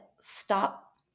stop